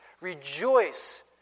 rejoice